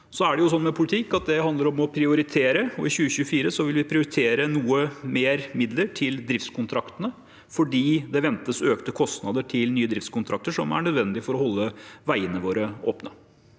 og i 2024 vil vi prioritere noe mer midler til driftskontraktene fordi det ventes økte kostnader til nye driftskontrakter som er nødvendige for å holde veiene våre åpne.